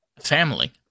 family